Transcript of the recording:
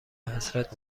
حسرت